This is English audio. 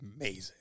amazing